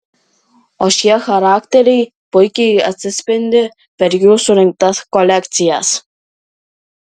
o šie charakteriai puikiai atsispindi per jų surinktas kolekcijas